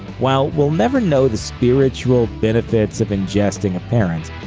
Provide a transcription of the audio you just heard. while we'll never know the spiritual benefits of ingesting a parent,